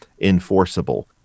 enforceable